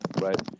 right